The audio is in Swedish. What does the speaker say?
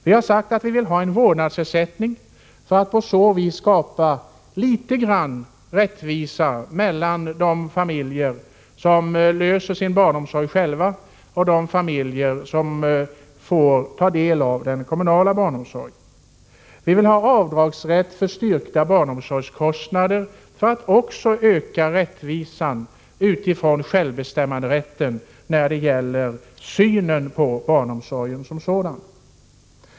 Vi har sagt att vi vill ha en vårdnadsersättning, för att på så vis skapa litet grand rättvisa mellan de familjer som löser barnomsorgsfrågan själva och de familjer som får ta del av den kommunala barnomsorgen. Vi vill ha avdragsrätt för styrkta barnomsorgskostnader, för att också öka rättvisan utifrån synen på självbestämmanderätten när det gäller barnomsorgen som sådan.